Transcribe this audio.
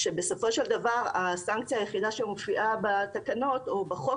כשבסופו של דבר הסנקציה היחידה שמופיעה בתקנות או בחוק